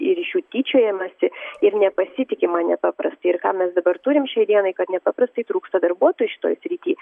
ir iš jų tyčiojamasi ir nepasitikima nepaprastai ir ką mes dabar turim šiai dienai kad nepaprastai trūksta darbuotojų šitoj srity